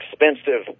expensive